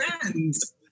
friends